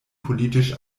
politisch